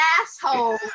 asshole